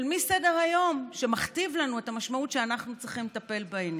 של מי סדר-היום שמכתיב לנו את המשמעות שאנחנו צריכים לטפל בעניין?